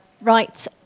right